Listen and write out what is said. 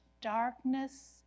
darkness